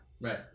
Right